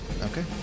Okay